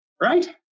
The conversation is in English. right